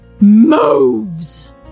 moves